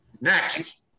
Next